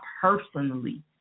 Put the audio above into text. personally